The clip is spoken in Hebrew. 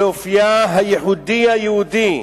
באופיה הייחודי היהודי.